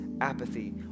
apathy